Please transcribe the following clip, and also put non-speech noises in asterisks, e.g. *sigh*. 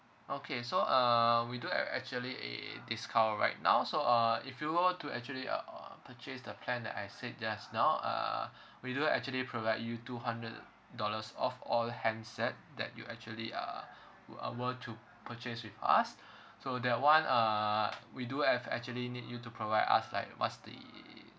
okay so uh we do have actually a discount right now so uh if you were to actually err purchase the plan that I said just now uh *breath* we do have actually provide you two hundred dollars off all the handset that you actually uh uh were to purchase with us so that one uh we do have actually need you to provide us like what's the